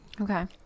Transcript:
Okay